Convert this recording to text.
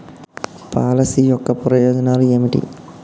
Policy యొక్క ప్రయోజనాలు ఏమిటి?